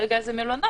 כרגע זה מלונות.